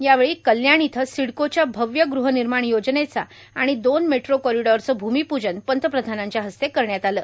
यावेळी कल्याण इथं सिडकोच्या भव्य गृह निर्माण योजनेचा आणि दोन मेट्रो कॉरीडॉरचं भूमिपूजन पंतप्रधानांच्या हस्ते करण्यात आलं